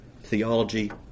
Theology